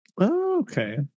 Okay